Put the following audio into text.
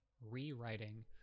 rewriting